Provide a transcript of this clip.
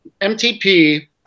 MTP